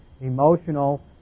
emotional